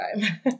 time